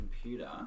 computer